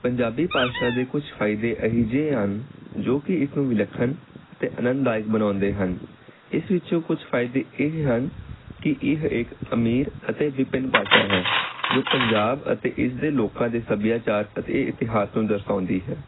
ਪੰਜਾਬੀ ਭਾਸ਼ਾ ਦੇ ਕੁਛ ਫਾਇਦੇ ਇਹੇ ਜਿਹੇ ਹਨ ਜੋ ਕਿ ਇਸ ਨੂੰ ਵਿਲੱਖਣ ਅਤੇ ਆਨੰਦ ਦਾਇਕ ਬਣਾਉਂਦੇ ਹਨ ਇਸ ਵਿੱਚੋਂ ਕੁਛ ਫਾਇਦੇ ਇਹ ਹਨ ਕਿ ਇਹ ਹਰੇਕ ਅਮੀਰ ਅਤੇ ਵਿਭਿੰਨ ਭਾਸ਼ਾ ਹੈ ਜੋ ਪੰਜਾਬ ਅਤੇ ਇਸਦੇ ਲੋਕਾਂ ਦੇ ਸੱਭਿਆਚਾਰ ਅਤੇ ਇਤਿਹਾਸ ਨੂੰ ਦਰਸਾਉਂਦੀ ਹੈ